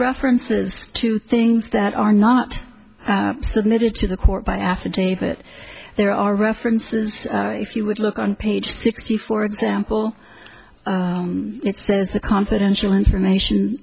references to things that are not submitted to the court by affidavit there are references if you would look on page sixty for example it says the confidential information